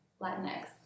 Latinx